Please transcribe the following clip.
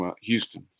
Houston